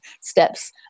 steps